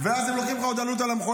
ואז הם לוקחים לך עוד עלות על המכולה,